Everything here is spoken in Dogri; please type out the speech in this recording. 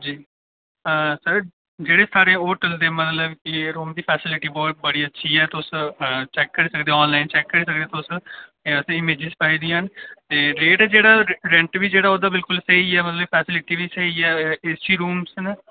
जी सर जेह्ड़े साढ़े होटल दे मतलब कि रूम दी फैसिलिटी बहुत बड़ी अच्छी ऐ तुस चेक करी सकदे अनलाइन चेक करी सकदे तुस असें इमेजिस पाई दियां ते रेट जेह्ड़ा रेंट बी जेह्ड़ा ओह् ते बिल्कुल सेही ऐ मतलब फैसिलिटी बी स्हेई ऐ ए सी रूम्स न